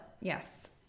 Yes